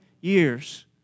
years